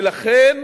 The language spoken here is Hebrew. ולכן,